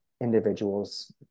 individuals